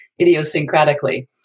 idiosyncratically